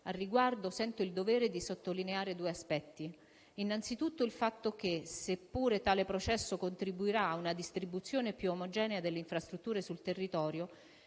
Al riguardo, sento il dovere di sottolineare due aspetti. Innanzitutto, se pure tale processo contribuirà ad una distribuzione più omogenea delle infrastrutture sul territorio,